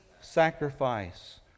sacrifice